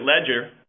ledger